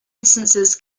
instances